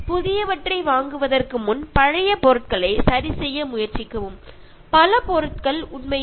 അതുപോലെ പുതിയതൊന്ന് വാങ്ങുന്നത് പഴയത് നന്നാക്കി നോക്കാൻ ശ്രമിച്ചതിനുശേഷം ആവുന്നതാണ് നല്ലത്